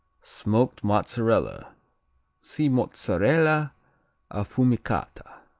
smoked mozzarella see mozzarella affumicata.